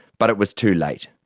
but it was too late.